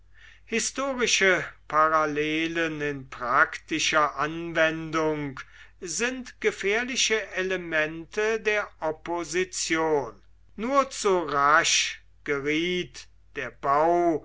historische parallelen in praktischer anwendung sind gefährliche elemente der opposition nur zu rasch geriet der bau